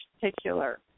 particular